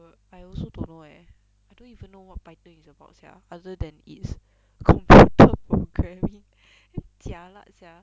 err I also don't know eh I don't even know what python is about sia other than it's computer programming jialat sia